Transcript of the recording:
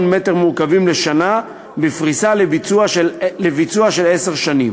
מ"ק לשנה בפריסה לביצוע של עשר שנים.